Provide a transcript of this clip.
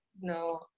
No